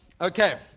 Okay